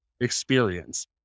experience